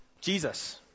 Jesus